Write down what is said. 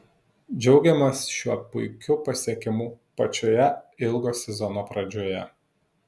džiaugiamės šiuo puikiu pasiekimu pačioje ilgo sezono pradžioje